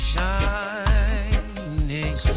Shining